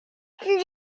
schätzen